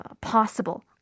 possible